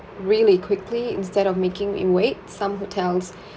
really quickly instead of making me wait some hotels